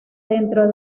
dentro